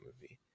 movie